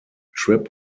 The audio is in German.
trip